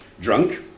drunk